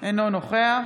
אינו נוכח